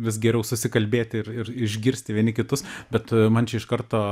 vis geriau susikalbėti ir ir išgirsti vieni kitus bet man čia iš karto